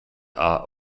are